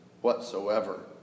whatsoever